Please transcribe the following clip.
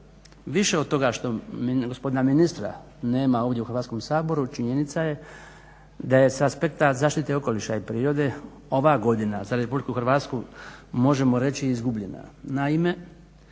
više od toga što gospodina ministra nema ovdje u Hrvatskom saboru činjenica je da je s aspekta zaštite okoliša i prirode ova godina za Republiku Hrvatsku možemo reći izgubljena.